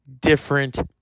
different